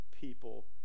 people